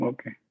Okay